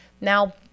Now